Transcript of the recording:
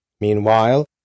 Meanwhile